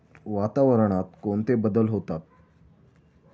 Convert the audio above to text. वातावरणात कोणते बदल होतात?